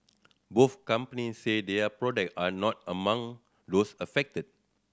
both companies said their product are not among those affected